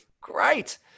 Great